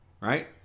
right